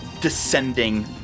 descending